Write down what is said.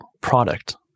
product